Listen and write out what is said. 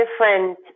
different